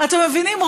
אתם מבינים,